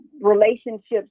relationships